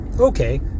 Okay